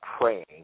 praying